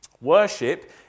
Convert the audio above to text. Worship